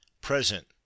Present